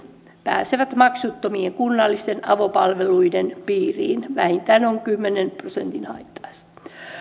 pääsevät maksuttomien kunnallisten avopalveluiden piiriin vähintään kymmenen prosentin haitta asteella